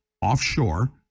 offshore